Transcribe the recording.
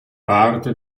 parte